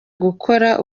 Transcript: gukora